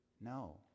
no